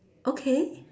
okay